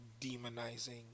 demonizing